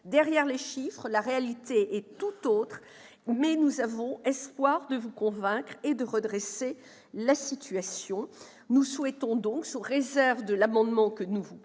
Derrière les chiffres, la réalité est tout autre, mais nous avons espoir de vous convaincre et de redresser la situation. Nous souhaitons donc, sous réserve du vote de l'amendement que nous proposons